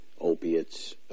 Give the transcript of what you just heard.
Opiates